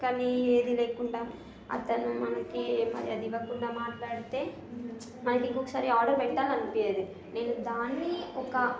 కానీ ఏది లేకుండా అతను మనకి మర్యాద ఇవ్వకుండా మాట్లాడితే మనకి ఇంకొకసారి ఆర్డర్ పెట్టాలనిపించదు నేను దాన్ని ఒక